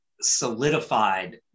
solidified